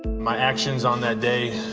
my actions on that day, ah,